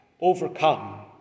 overcome